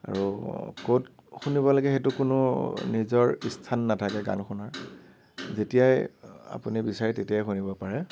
আৰু ক'ত শুনিব লাগে সেইটো কোনো নিজৰ স্থান নাথাকে গান শুনাৰ যেতিয়াই আপুনি বিচাৰে তেতিয়াই শুনিব পাৰে